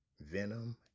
Venom